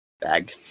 bag